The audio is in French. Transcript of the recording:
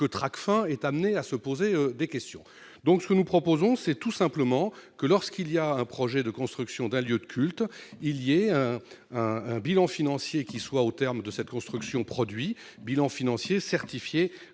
que Tracfin est amené à se poser des questions, donc ce que nous proposons, c'est tout simplement que lorsqu'il y a un projet de construction d'un lieu de culte il à un bilan financier qui soit au terme de cette construction produit bilan financier certifiés